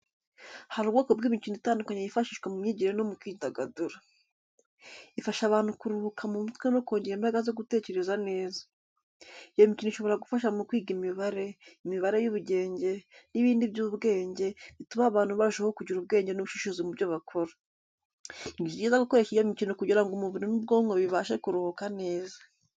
Hari ubwoko bw'imikino itandukanye yifashishwa mu myigire no mu kwidagadura. Ifasha abantu kuruhuka mu mutwe no kongera imbaraga zo gutekereza neza. Iyo mikino ishobora gufasha mu kwiga imibare, imibare y'ubugenge, n'ibindi by'ubwenge, bituma abantu barushaho kugira ubwenge n'ubushishozi mu byo bakora. Ni byiza gukoresha iyo mikino kugira ngo umubiri n'ubwonko bibashe kuruhuka neza.